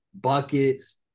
buckets